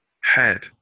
head